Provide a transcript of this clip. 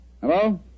Hello